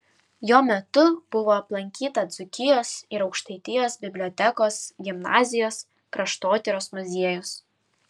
jo metu buvo aplankyta dzūkijos ir aukštaitijos bibliotekos gimnazijos kraštotyros muziejus